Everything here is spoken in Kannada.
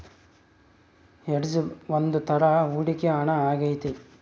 ಹೆಡ್ಜ್ ಒಂದ್ ತರ ಹೂಡಿಕೆ ಹಣ ಆಗೈತಿ